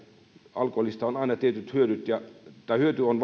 alkoholista on aina tietyt hyödyt hyöty on